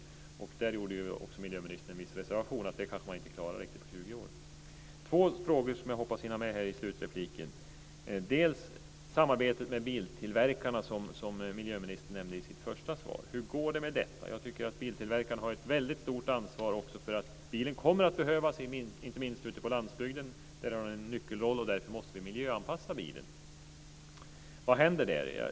Miljöministern gjorde också en viss reservation i detta sammanhang om att man kanske inte klarar detta på 20 år. Jag har två frågor som jag hoppas hinna ställa. Den ena gäller samarbetet med biltillverkarna som miljöministern nämnde i sitt första inlägg. Hur går det med detta? Jag tycker att biltillverkarna har ett väldigt stort ansvar. Bilen kommer nämligen att behövas, inte minst ute på landsbygden där den har en nyckelroll. Därför måste vi miljöanpassa bilen. Vad händer där?